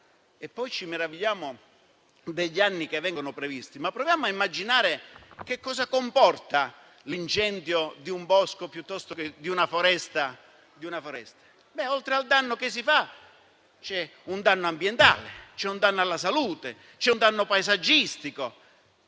Ci meravigliamo degli anni di pena che vengono previsti? Proviamo a immaginare che cosa comporta l'incendio di un bosco piuttosto che di una foresta. Oltre al danno che si fa, c'è un danno ambientale, un danno alla salute, un danno paesaggistico,